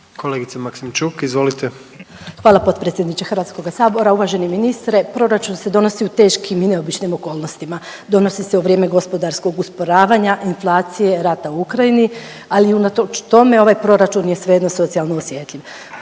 izvolite. **Maksimčuk, Ljubica (HDZ)** Hvala potpredsjedniče Hrvatskoga sabora, uvaženi ministre. Proračun se donosi u teškim i neobičnim okolnostima, donosi se u vrijeme gospodarskog usporavanja, inflacije, rata u Ukrajini. Ali unatoč tome ovaj proračun je svejedno socijalno osjetljiv,